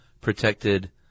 protected